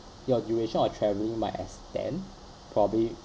your duration of travelling might extend probably